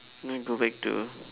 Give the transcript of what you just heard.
no go back to